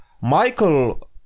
Michael